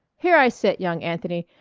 here i sit, young anthony,